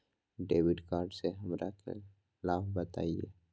Debit card से हमरा के लाभ बताइए?